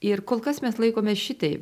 ir kol kas mes laikome šitaip